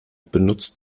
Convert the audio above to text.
benutzt